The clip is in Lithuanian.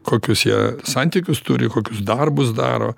kokius jie santykius turi kokius darbus daro